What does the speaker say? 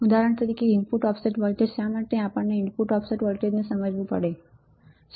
ઉદાહરણ તરીકે input offset voltage શા માટે આપણે ઇનપુટ ઓફસેટ વોલ્ટેજ સમજવાની જરૂર છે